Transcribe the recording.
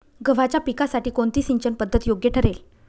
गव्हाच्या पिकासाठी कोणती सिंचन पद्धत योग्य ठरेल?